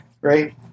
Right